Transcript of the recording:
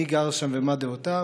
מי גר שם ומה דעותיו.